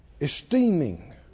Esteeming